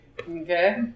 Okay